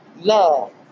love